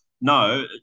No